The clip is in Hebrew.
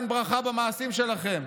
אין ברכה במעשים שלכם,